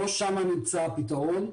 לא שם נמצא הפתרון.